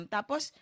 Tapos